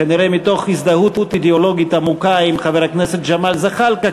כנראה מתוך הזדהות אידיאולוגית עמוקה עם חבר הכנסת ג'מאל זחאלקה,